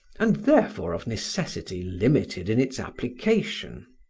and therefore of necessity limited in its application.